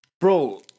bro